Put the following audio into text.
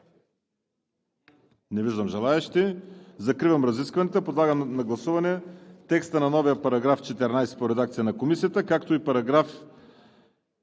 Не виждам желаещи. Закривам разискванията. Подлагам на гласуване текста на новия § 14 по редакция на Комисията; както и §